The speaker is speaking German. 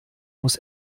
muss